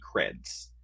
creds